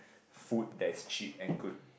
food that is cheap and good